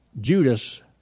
Judas